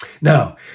Now